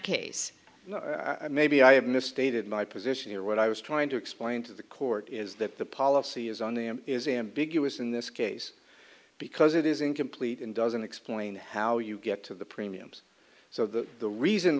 case maybe i have mis stated my position or what i was trying to explain to the court is that the policy is on the is ambiguous in this case because it is incomplete and doesn't explain how you get to the premiums so that the reason